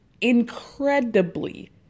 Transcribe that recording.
incredibly